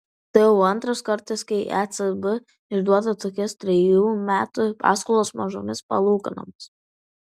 tai jau antras kartas kai ecb išduoda tokias trejų metų paskolas mažomis palūkanomis